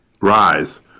rise